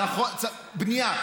נכון, בנייה.